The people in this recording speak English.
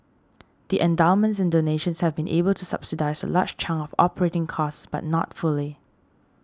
the endowments and donations have been able to subsidise a large chunk of operating costs but not fully